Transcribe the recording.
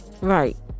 Right